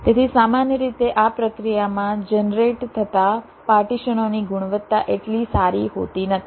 તેથી સામાન્ય રીતે આ પ્રક્રિયામાં જનરેટ થતા પાર્ટીશનોની ગુણવત્તા એટલી સારી હોતી નથી